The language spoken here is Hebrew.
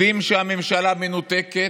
יודעים שהממשלה מנותקת.